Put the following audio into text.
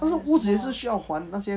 但是屋子也是需要还那些